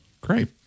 Great